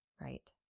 right